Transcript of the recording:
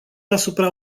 asupra